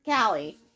Callie